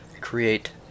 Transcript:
create